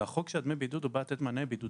הרי החוק של דמי הבידוד בא לתת מענה לבידודים,